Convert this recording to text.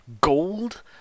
Gold